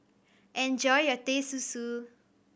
enjoy your Teh Susu